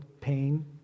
pain